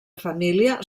família